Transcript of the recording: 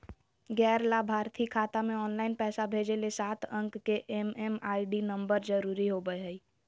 गैर लाभार्थी खाता मे ऑनलाइन पैसा भेजे ले सात अंक के एम.एम.आई.डी नम्बर जरूरी होबय हय